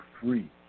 free